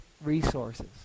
resources